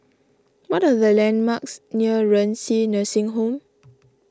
what are the landmarks near Renci Nursing Home